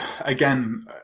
again